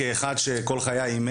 כאחד שאימן כל חייו,